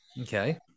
Okay